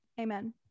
amen